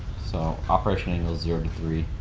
so, operation angle is zero to three.